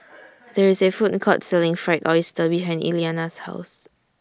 There IS A Food Court Selling Fried Oyster behind Eliana's House